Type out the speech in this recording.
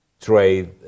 trade